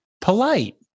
polite